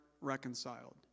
reconciled